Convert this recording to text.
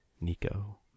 Nico